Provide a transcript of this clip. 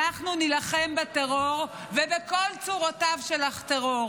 אנחנו נילחם בטרור, בכל צורותיו של הטרור.